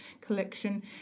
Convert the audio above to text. collection